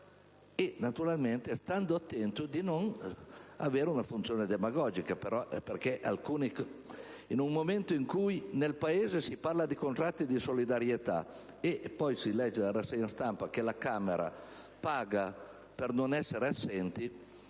il Parlamento deve stare attento a non avere una funzione demagogica, perché in un momento in cui nel Paese si parla di contratti di solidarietà e poi si legge nella rassegna stampa che la Camera paga per non essere assenti,